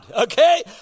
okay